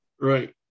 Right